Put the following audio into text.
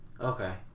Okay